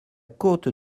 côte